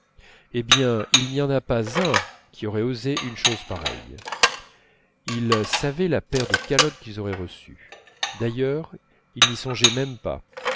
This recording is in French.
hé bien il n'y en a pas un qui aurait osé une chose pareille ils savaient la paire de calottes qu'ils auraient reçue d'ailleurs ils n'y songeaient même pas